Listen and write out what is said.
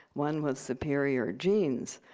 one with superior genes.